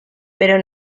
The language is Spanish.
pero